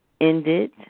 ended